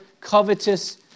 covetous